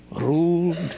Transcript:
Ruled